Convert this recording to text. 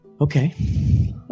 Okay